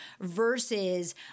versus